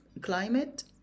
climate